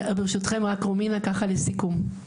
ברשותכם רק רומינה ככה לסיכום.